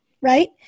Right